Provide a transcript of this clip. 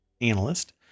analyst